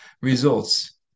results